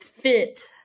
fit